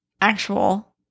actual